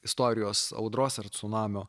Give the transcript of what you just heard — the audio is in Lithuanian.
istorijos audros ar cunamio